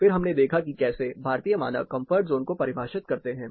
फिर हमने देखा कि कैसे भारतीय मानक कंफर्ट जोन को परिभाषित करते हैं